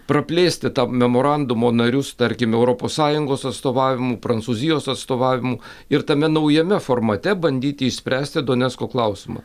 praplėsti tą memorandumo narius tarkim europos sąjungos atstovavimu prancūzijos atstovavimu ir tame naujame formate bandyti išspręsti donecko klausimą